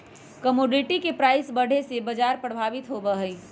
commodity के price बढ़े से बाजार प्रभावित होबा हई